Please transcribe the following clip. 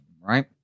right